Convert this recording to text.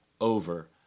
over